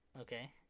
Okay